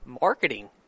Marketing